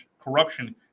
corruption